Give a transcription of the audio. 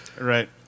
Right